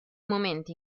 momenti